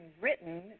written